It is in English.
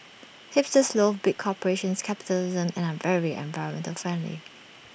hipsters loath big corporations capitalism and are very environmental friendly